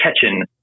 catching